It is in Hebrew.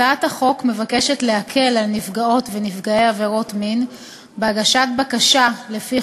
הצעת החוק מבקשת להקל על נפגעות ונפגעי עבירות מין בהגשת בקשה לפי